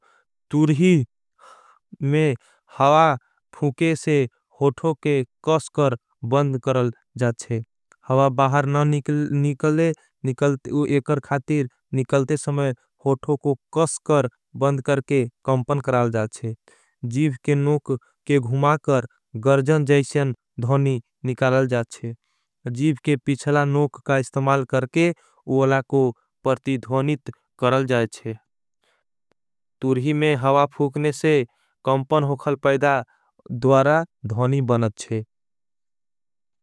तुरही में हावा फुके से होठो के कशकर बंद करल जाच्छे। हावा बाहर ना निकले एकर खातिर निकलते समय होठो। को कशकर बंद करके कमपन करल जाच्छे जीव के नोक। के घुमाकर गरजन जैसन धोनी निकरल जाच्छे जीव के पिछला। नोक का इस्तमाल करके उला को पर्ति धोनित करल जाच्छे। तुरही में हावा फुकने से कमपन होखल पैदा द्वारा धोनी बनच्छे।